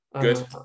good